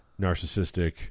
narcissistic